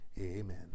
Amen